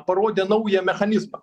parodė naują mechanizmą